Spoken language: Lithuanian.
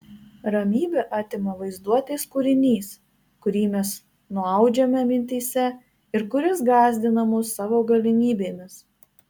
ramybę atima vaizduotės kūrinys kurį mes nuaudžiame mintyse ir kuris gąsdina mus savo galimybėmis